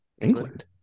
England